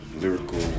lyrical